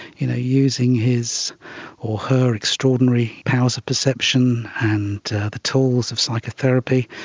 you know, using his or her extraordinary powers of perception and the tools of psychotherapy,